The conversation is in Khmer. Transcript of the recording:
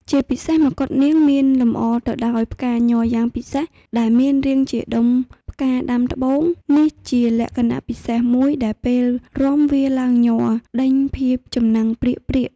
ជាពិសេសមកុដនាងមានលម្អទៅដោយផ្កាញ័រយ៉ាងពិសេសដែលមានរាងជាដុំផ្កាដាំត្បូង នេះជាលក្ខណៈពិសេសមួយដែលពេលរាំវាឡើងញ័រដេញភាពចំណាំងព្រាកៗ ។